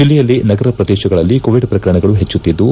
ಜಿಲ್ಲೆಯಲ್ಲಿ ನಗರ ಪ್ರದೇಶಗಳಲ್ಲಿ ಕೋವಿಡ್ ಪ್ರಕರಣಗಳು ಪೆಟ್ಸುತ್ತಿದ್ದು